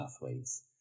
pathways